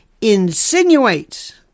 insinuates